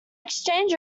exchange